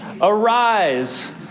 arise